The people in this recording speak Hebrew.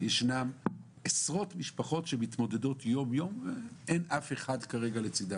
יש עשרות משפחות שמתמודדות יום-יום ואין אף אחד לצידן.